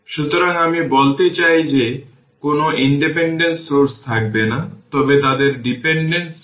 সুতরাং যখন t τ হবে তখন এটি 0368 v0